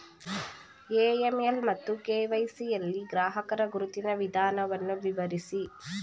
AML ಮತ್ತು KYC ಯಲ್ಲಿ ಗ್ರಾಹಕರ ಗುರುತಿನ ವಿಧಾನವನ್ನು ವಿವರಿಸಿ?